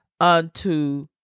unto